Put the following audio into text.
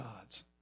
gods